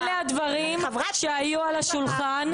אלה הדברים שהיו על השולחן,